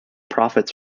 profits